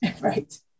Right